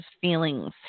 feelings